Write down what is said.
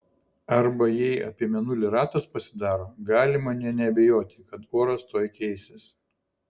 arba jei apie mėnulį ratas pasidaro galima nė neabejoti kad oras tuoj keisis